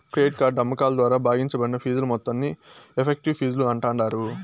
credit card అమ్మకాల ద్వారా భాగించబడిన ఫీజుల మొత్తాన్ని ఎఫెక్టివ్ ఫీజులు అంటాండారు